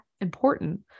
important